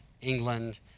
England